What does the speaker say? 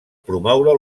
promoure